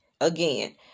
again